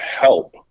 help